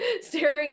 staring